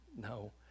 no